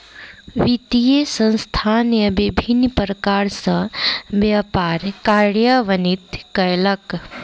वित्तीय संस्थान विभिन्न प्रकार सॅ व्यापार कार्यान्वित कयलक